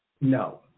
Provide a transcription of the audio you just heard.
No